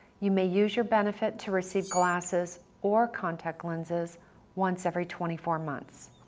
you may use your benefit to receive glasses or contact lenses once every twenty four months.